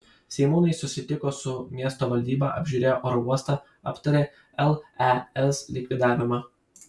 seimūnai susitiko su miesto valdyba apžiūrėjo oro uostą aptarė lez likvidavimą